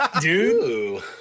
Dude